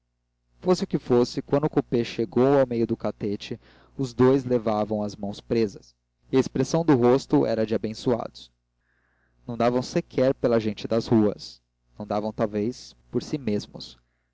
fosse o que fosse quando o coupé chegou ao meio do catete os dous levavam as mãos presas e a expressão do rosto era de abençoados não davam sequer pela gente das ruas não davam talvez por si mesmos